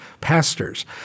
pastors